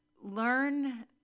learn